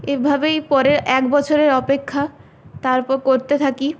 এভাবেই পরের এক বছরের অপেক্ষা তারপর করতে থাকি